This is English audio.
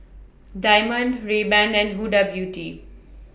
Diamond Rayban and Huda Beauty